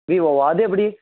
விவோவா அது எப்படி